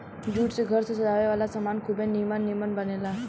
jute से घर के सजावे वाला सामान खुबे निमन निमन बनेला